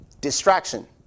Distraction